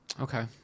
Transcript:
Okay